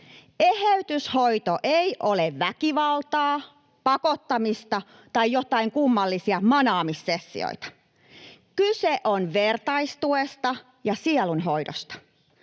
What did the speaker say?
Eheytyshoito ei ole väkivaltaa, pakottamista tai joitain kummallisia manaamissessioita. Kyse on vertaistuesta ja sielunhoidosta.